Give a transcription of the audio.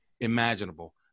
imaginable